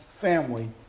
family